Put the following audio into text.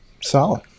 Solid